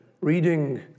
reading